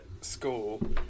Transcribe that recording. school